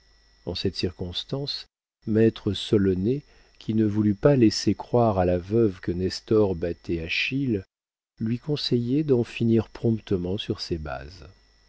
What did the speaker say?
en cette circonstance maître solonet qui ne voulut pas laisser croire à la veuve que nestor battait achille lui conseillait d'en finir promptement sur ces bases